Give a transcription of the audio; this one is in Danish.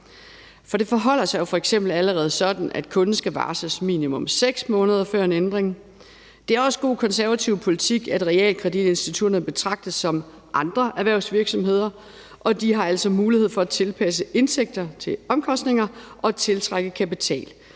For det forholder sig jo f.eks. allerede sådan, at kunden skal varsles minimum 6 måneder før en ændring. Det er også god konservativ politik, at realkreditinstitutterne betragtes som andre erhvervsvirksomheder, og de har altid mulighed for at tilpasse indtægter til omkostninger og tiltrække kapital.